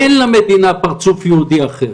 אין למדינה פרצוף יהודי אחר.